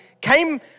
came